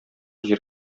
җир